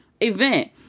event